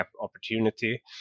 opportunity